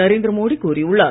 நரேந்திர மோடி கூறியுள்ளார்